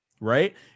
right